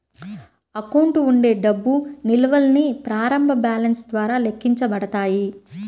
account ఉండే డబ్బు నిల్వల్ని ప్రారంభ బ్యాలెన్స్ ద్వారా లెక్కించబడతాయి